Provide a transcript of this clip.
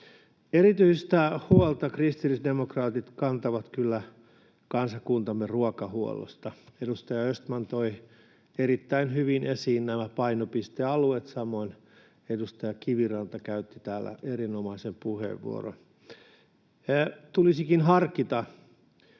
Erityistä huolta kristillisdemokraatit kantavat kyllä kansakuntamme ruokahuollosta. Edustaja Östman toi erittäin hyvin esiin nämä painopistealueet, samoin edustaja Kiviranta käytti täällä erinomaisen puheenvuoron. Tulisikin harkita